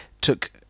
took